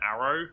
arrow